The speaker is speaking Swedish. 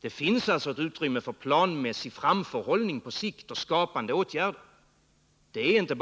Det finns alltså ett utrymme för planmässig framförhållning på sikt och Nr 164 skapande åtgärder.